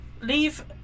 leave